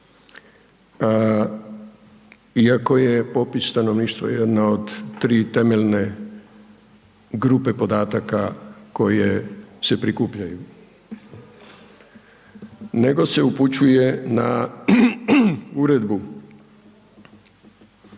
Iako je popis stanovništva jedna od tri temeljne grupe podataka koje se prikupljaju nego se upućuje na uredbu